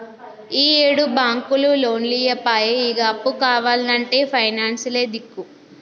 ఈయేడు బాంకులు లోన్లియ్యపాయె, ఇగ అప్పు కావాల్నంటే పైనాన్సులే దిక్కు